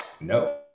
No